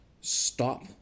stop